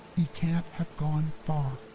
he can't have gone far.